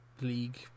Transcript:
league